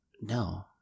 No